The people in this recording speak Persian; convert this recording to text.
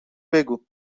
بگو